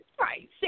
Right